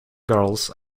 girls